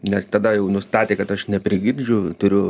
nes tada jau nustatė kad aš neprigirdžiu turiu